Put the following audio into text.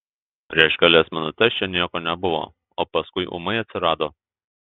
prieš kelias minutes čia nieko nebuvo o paskui ūmai atsirado